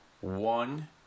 one